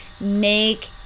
make